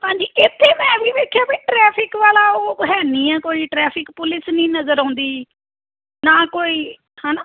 ਹਾਂਜੀ ਇੱਥੇ ਮੈਂ ਇਹ ਵੀ ਵੇਖਿਆ ਵੀ ਟ੍ਰੈਫਿਕ ਵਾਲਾ ਉਹ ਹੈ ਨਹੀਂ ਆ ਕੋਈ ਟ੍ਰੈਫਿਕ ਪੁਲਿਸ ਨਹੀਂ ਨਜ਼ਰ ਆਉਂਦੀ ਨਾ ਕੋਈ ਹੈ ਨਾ